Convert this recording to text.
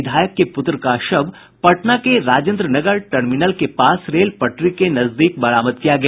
विधायक के पुत्र का शव पटना के राजेन्द्र नगर टर्मिनल के पास रेल पटरी के नजदीक बरामद किया गया